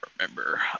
remember